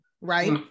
right